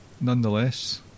nonetheless